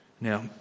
now